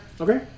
Okay